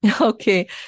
Okay